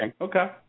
Okay